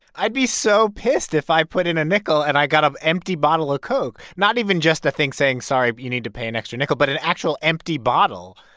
i'd be so pissed if i put in a nickel and i got an empty bottle of coke not even just a thing saying, sorry, but you need to pay an extra nickel, but an actual empty bottle.